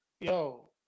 Yo